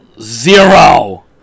Zero